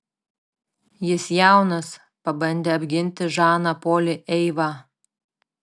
jis jaunas pabandė apginti žaną polį eiva